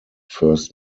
first